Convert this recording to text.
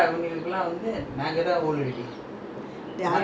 ya before all your generation all gone lah